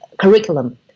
curriculum